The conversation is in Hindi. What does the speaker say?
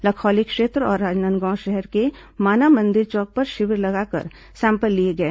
लखोली क्षेत्र और राजनांदगांव शहर के माना मंदिर चौक पर शिविर लगाकर सैंपल लिए गए